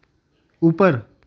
ऊपर